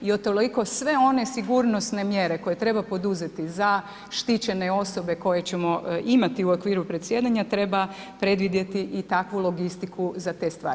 I utoliko sve one sigurnosne mjere koje treba poduzeti za štićene osobe koje ćemo imati u okviru predsjedanja treba predvidjeti i takvu logistiku za te stvari.